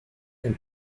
and